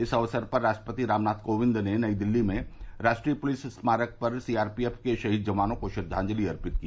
इस अवसर पर राष्ट्रपति रामनाथ कोविंद ने नई दिल्ली में राष्ट्रीय पुलिस स्मारक पर सीआरपीएफ के शहीद जवानों को श्रद्वांजलि अर्पित की